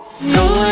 No